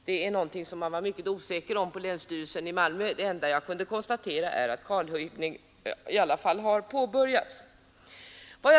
På länsstyrelsen i Malmö var man mycket osäker på denna punkt; det enda jag har kunnat konstatera är att kalhuggning i varje fall har påbörjats.